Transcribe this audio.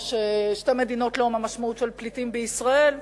או ששתי מדינות לא במשמעות של פליטים בישראל.